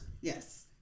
Yes